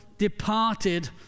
Departed